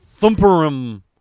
thumperum